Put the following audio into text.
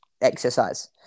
exercise